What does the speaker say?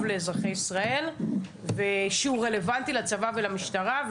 לאזרחי ישראל שהוא רלוונטי לצבא ולמשטרה.